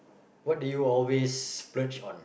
what do you always splurge on